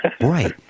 Right